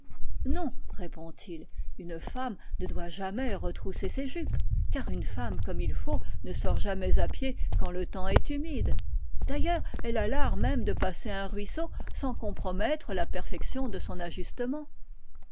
non répond il une femme ne doit jamais retrousser ses jupes car une femme comme il faut ne sort jamais à pied quand le temps est humide d'ailleurs elle a l'art même de passer un ruisseau sans compromettre la perfection de son ajustement